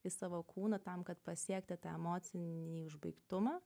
į savo kūną tam kad pasiekti tą emocinį užbaigtumą